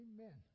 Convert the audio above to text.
Amen